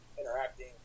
interacting